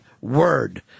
word